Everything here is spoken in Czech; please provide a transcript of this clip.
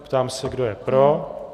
Ptám se, kdo je pro.